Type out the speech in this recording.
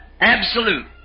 absolute